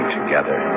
together